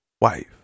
wife